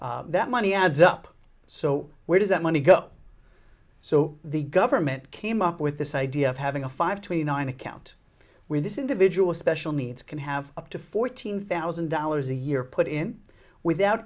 mitzvah that money adds up so where does that money go so the government came up with this idea of having a five twenty nine account where this individual special needs can have up to fourteen thousand dollars a year put in without